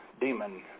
demon